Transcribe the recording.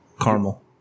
Caramel